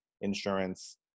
insurance